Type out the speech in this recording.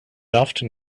often